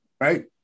right